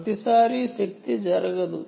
ప్రతిసారీ power off జరగదు